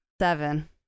Seven